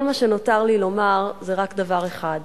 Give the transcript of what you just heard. כל מה שנותר לי לומר זה רק דבר אחד: